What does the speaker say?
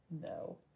No